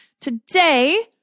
Today